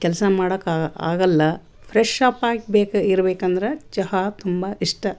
ಕೆಲಸ ಮಾಡಕ್ಕೆ ಆಗಲ್ಲ ಫ್ರೆಶ್ ಅಪ್ ಆಗ್ಬೇಕು ಇರ್ಬೇಕಂದ್ರ ಚಹಾ ತುಂಬಾ ಇಷ್ಟ